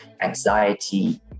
anxiety